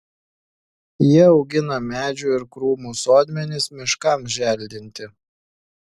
jie augina medžių ir krūmų sodmenis miškams želdinti